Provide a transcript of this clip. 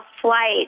flight